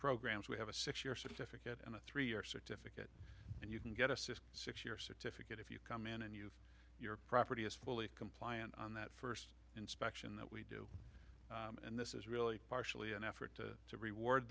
programs we have a six year certificate and a three year certificate and you can get a six year certificate if you come in and you have your property is fully compliant on that first inspection that we and this is really partially an effort to to reward